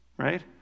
right